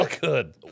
good